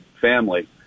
family